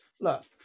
look